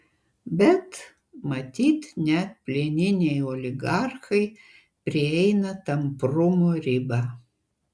bet matyt net plieniniai oligarchai prieina tamprumo ribą